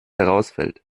herausfällt